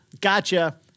gotcha